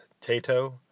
Tato